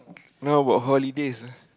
how about holidays ah